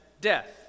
death